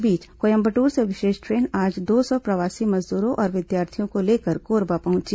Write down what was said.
इस बीच कोयम्बदूर से विशेष ट्रेन आज दो सौ प्रवासी मजदूरों और विद्यार्थियों को लेकर कोरबा पहुंची